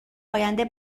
آینده